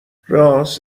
رآس